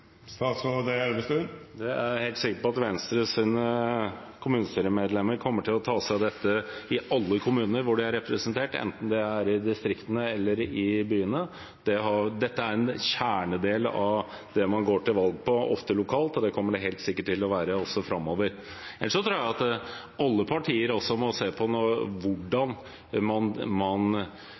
er helt sikker på at Venstres kommunestyremedlemmer kommer til å ta seg av dette i alle kommuner hvor de er representert, enten det er i distriktene eller i byene. Dette er en kjernedel av det man går til valg på, ofte lokalt, og det kommer det helt sikkert til å være framover også. Jeg tror at alle partier nå må se på hvordan man